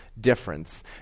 difference